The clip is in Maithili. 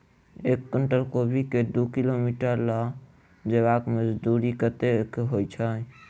एक कुनटल कोबी केँ दु किलोमीटर लऽ जेबाक मजदूरी कत्ते होइ छै?